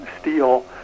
steel